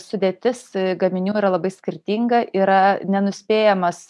sudėtis gaminių yra labai skirtinga yra nenuspėjamas